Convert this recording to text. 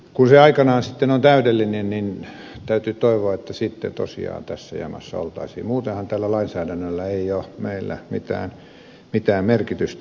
kun se aikanaan sitten on täydellinen niin täytyy toivoa että sitten tosiaan tässä jamassa oltaisiin muutenhan tällä lainsäädännöllä ei ole meillä mitään merkitystä